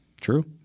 True